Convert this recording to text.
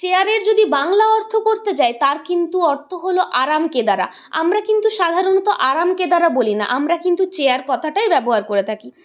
চেয়ারের যদি বাংলা অর্থ করতে যাই তার কিন্তু অর্থ হলো আরাম কেদারা আমরা কিন্তু সাধারণত আরাম কেদারা বলি না আমরা কিন্তু চেয়ার কথাটাই ব্যবহার করে থাকি